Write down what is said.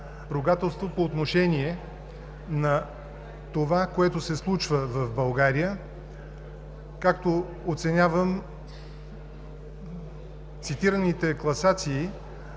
ругателство по отношение това, което се случва в България, както оценявам класираните класации